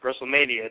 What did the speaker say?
WrestleMania